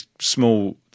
small